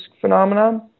phenomenon